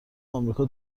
امریکا